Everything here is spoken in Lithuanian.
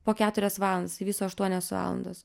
po keturias valandas viso aštuonios valandos